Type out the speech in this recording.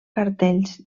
cartells